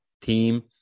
team